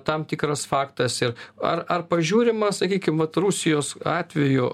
tam tikras faktas ir ar ar pažiūrima sakykim vat rusijos atveju